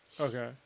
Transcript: Okay